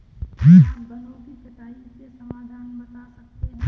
क्या आप वनों की कटाई के समाधान बता सकते हैं?